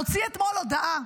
מוציא אתמול הודעה,